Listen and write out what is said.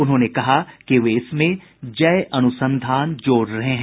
उन्होंने कहा कि वे इसमें जय अनुसंधान जोड़ रहे हैं